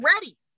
ready